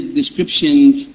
descriptions